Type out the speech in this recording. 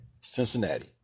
cincinnati